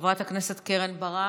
חברת הכנסת קרן ברק,